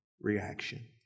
reaction